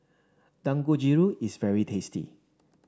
Dangojiru is very tasty